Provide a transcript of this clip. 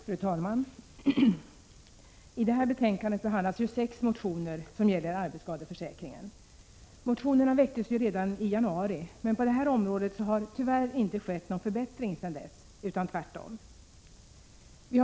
Fru talman! I detta betänkande behandlas sex motioner om arbetsskadeförsäkringen. Motionerna väcktes redan i januari, men på det här området har tyvärr inte skett någon förbättring sedan dess — tvärtom.